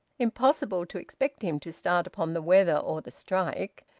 impossible to expect him to start upon the weather or the strike!